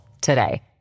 today